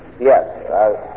yes